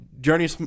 Journey